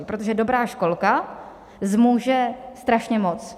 Protože dobrá školka zmůže strašně moc.